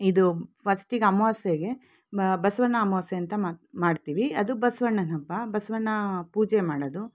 ಇದು ಫಸ್ಟಿಗೆ ಅಮವಾಸ್ಯೆಗೆ ಬಸವನ ಅಮಾವಾಸ್ಯೆ ಅಂತ ಮಾಡ್ತೀವಿ ಅದು ಬಸವಣ್ಣನ ಹಬ್ಬ ಬಸವನ ಪೂಜೆ ಮಾಡೋದು